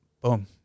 Boom